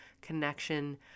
connection